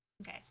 Okay